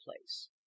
place